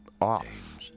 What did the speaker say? off